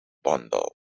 bundle